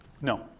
No